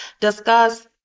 discuss